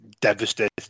devastated